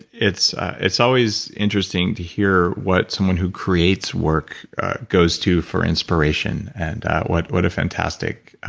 it's it's always interesting to hear what someone who creates work goes to for inspiration, and what what a fantastic